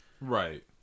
Right